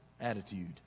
attitude